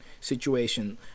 situation